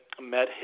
met